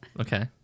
okay